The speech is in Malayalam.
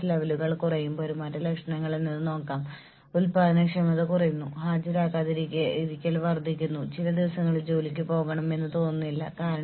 അവളോ അവനോ നീതിയോടെയാണ് പെരുമാറുന്നതെന്ന് ജീവനക്കാരന് തോന്നിയാൽ ഒരു ജീവനക്കാരൻ കൂടുതൽ കഠിനാധ്വാനം ചെയ്യും